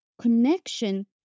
connection